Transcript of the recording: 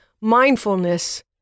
mindfulness